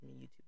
youtube